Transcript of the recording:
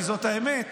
כי זאת האמת,